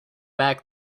back